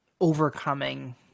overcoming